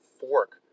fork